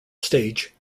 stage